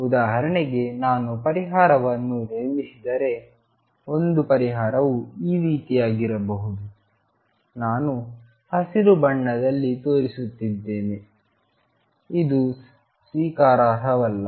ಉದಾಹರಣೆಗೆ ನಾನು ಪರಿಹಾರವನ್ನು ನಿರ್ಮಿಸಿದರೆ ಒಂದು ಪರಿಹಾರವು ಈ ರೀತಿಯಾಗಿರಬಹುದು ನಾನು ಹಸಿರು ಬಣ್ಣದಲ್ಲಿ ತೋರಿಸುತ್ತಿದ್ದೇನೆ ಇದು ಸ್ವೀಕಾರಾರ್ಹವಲ್ಲ